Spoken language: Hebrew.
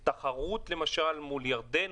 על תחרות מול ירדן,